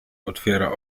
otwiera